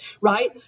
Right